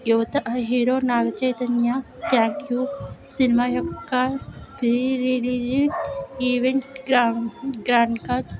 యువత hero Naga Chaitanya thank you cinema యొక్క pre release event grand grand గా